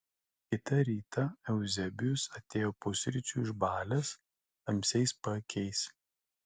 kitą rytą euzebijus atėjo pusryčių išbalęs tamsiais paakiais